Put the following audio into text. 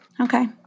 okay